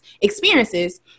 experiences